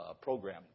program